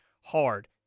hard